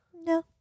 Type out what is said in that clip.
No